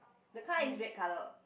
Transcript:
the car is red colour